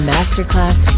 Masterclass